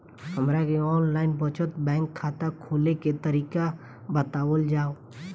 हमरा के online बचत बैंक खाता खोले के तरीका बतावल जाव?